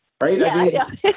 Right